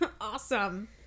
Awesome